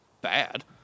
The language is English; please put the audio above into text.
bad